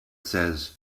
says